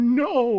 no